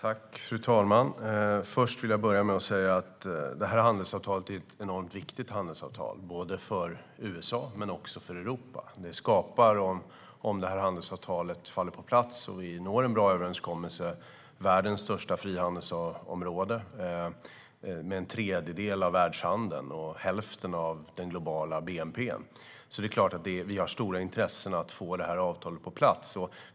Fru talman! Detta handelsavtal är mycket viktigt för både USA och Europa. Om handelsavtalet faller på plats och vi når en bra överenskommelse skapar det världens största frihandelsområde med en tredjedel av världshandeln och hälften av den globala bnp:n. Vi har därför såklart stort intresse av att få avtalet på plats.